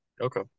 Okay